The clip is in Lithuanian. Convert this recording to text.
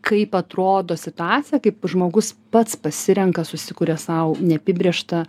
kaip atrodo situacija kaip žmogus pats pasirenka susikuria sau neapibrėžtą